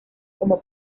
como